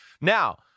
Now